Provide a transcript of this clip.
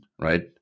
right